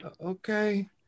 okay